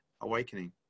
awakening